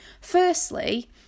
Firstly